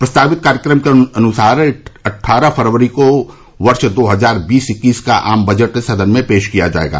प्रस्तावित कार्यक्रम के अनुसार अट्ठारह फरवरी को वर्ष दो हजार बीस इक्कीस का आम बजट सदन में पेश किया जायेगा